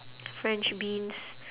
french beans